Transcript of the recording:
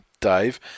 Dave